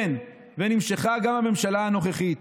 כן, ונמשכה גם לממשלה הנוכחית.